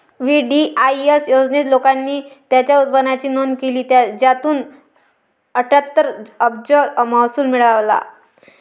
VDIS योजनेत, लोकांनी त्यांच्या उत्पन्नाची नोंद केली, ज्यातून अठ्ठ्याहत्तर अब्ज महसूल मिळाला